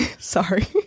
Sorry